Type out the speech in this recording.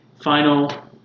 final